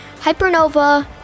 hypernova